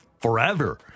forever